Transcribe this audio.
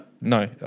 No